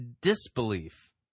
disbelief